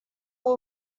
will